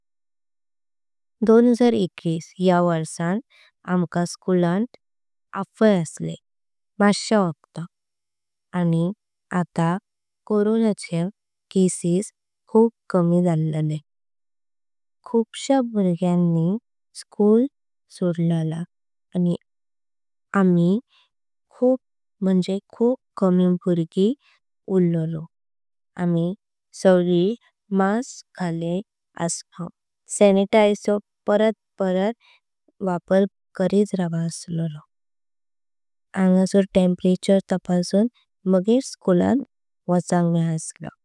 दो हजार एकविश या वर्षान आमका स्कूल जाण अपाय। असले मासया वोगाटक आनी आता कोरोना चे केसेस। कमी झालाले खूप्स्ये भुर्ग्यांनी स्कूल सोडलाले आनी। आमी खूप कमी भुर्गी उरलो आमी सगली मास्क घालून। असलो सॅनिटायझर चो वापर करत रावो आनी। आगाचो तापमान तापसून मगे स्कूल जाण बसंक मेला।